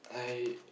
I